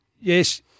yes